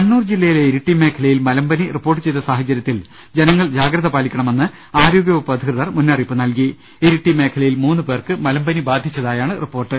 കണ്ണൂർ ജില്ലയിലെ ഇരിട്ടി മേഖലയിൽ മലമ്പനി റിപ്പോർട്ട് ചെയ്ത സാഹചര്യത്തിൽ ജനങ്ങൾ ജാഗ്രത പാലിക്കണമെന്ന് ആരോഗ്യ വകുപ്പ് അധികൃതർ മുന്നറിയിപ്പ് നൽകി ഇരിട്ടി മേഖലയിൽ മൂന്നു പേർക്ക് മലമ്പനി ബാധിച്ചതായാണ് റിപ്പോർട്ട്